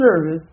service